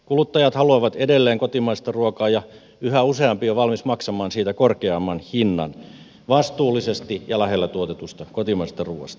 kuluttajat haluavat edelleen kotimaista ruokaa ja yhä useampi on valmis maksamaan korkeamman hinnan vastuullisesti ja lähellä tuotetusta kotimaisesta ruoasta